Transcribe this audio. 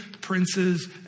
princes